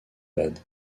bade